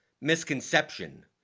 misconception